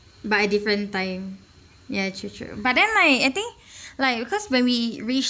but at different time ya true true but then like I think like because when we reach